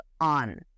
on